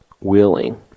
willing